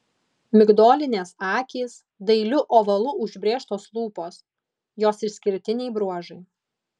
migdolinės akys dailiu ovalu užbrėžtos lūpos jos išskirtiniai bruožai